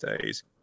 days